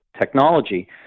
technology